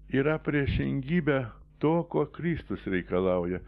yra priešingybė to ko kristus reikalauja